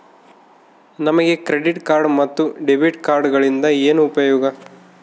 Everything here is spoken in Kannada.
ನಮಗೆ ಕ್ರೆಡಿಟ್ ಕಾರ್ಡ್ ಮತ್ತು ಡೆಬಿಟ್ ಕಾರ್ಡುಗಳಿಂದ ಏನು ಉಪಯೋಗ?